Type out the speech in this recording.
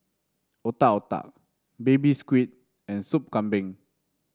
Otak Otak Baby Squid and Sup Kambing